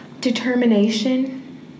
Determination